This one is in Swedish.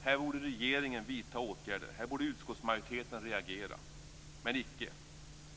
Här borde regeringen vidta åtgärder. Här borde utskottsmajoriteten reagera. Men icke!